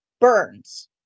burns